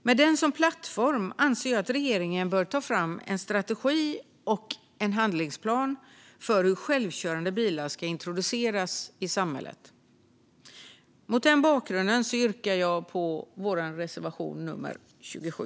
Men den som plattform anser jag att regeringen bör ta fram en strategi och en handlingsplan för hur självkörande bilar ska introduceras i samhället. Mot den bakgrunden yrkar jag bifall till reservation 27.